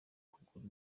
kugura